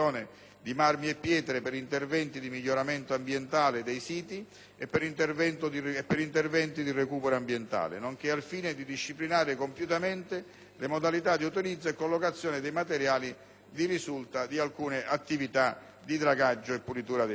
di marmi e pietre per interventi di miglioramento ambientale di siti e per interventi di recupero ambientale, nonché al fine di disciplinare compiutamente le modalità di utilizzo e collocazione dei materiali dì risulta di attività di dragaggio e pulitura dei porti.